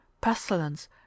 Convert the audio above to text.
pestilence